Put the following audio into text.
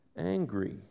angry